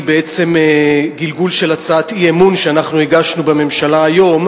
היא בעצם גלגול של הצעת אי-אמון בממשלה שאנחנו הגשנו היום,